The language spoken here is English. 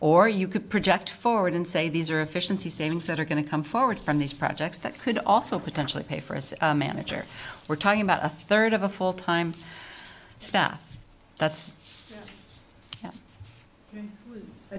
or you could project forward and say these are efficiency savings that are going to come forward from these projects that could also potentially pay for a manager we're talking about a third of a full time stuff that's